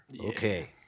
Okay